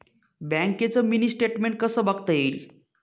बँकेचं mini statement कसं बघता येईल?